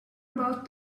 about